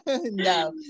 no